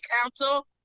Council